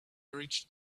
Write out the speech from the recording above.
reached